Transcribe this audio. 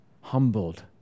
humbled